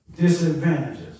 disadvantages